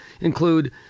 include